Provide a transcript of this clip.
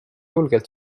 julgelt